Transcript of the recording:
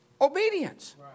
obedience